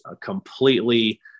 completely